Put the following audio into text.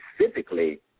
specifically